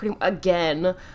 again